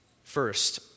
First